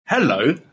Hello